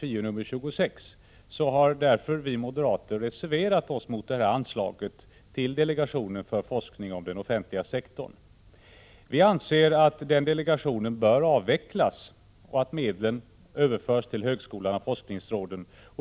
Vi moderater har i finansutskottet reserverat oss mot anslaget till delegationen för forskning om den offentliga sektorn. Vi anser att den delegationen bör avvecklas och att medlen bör föras över till högskolan och forskningsråden.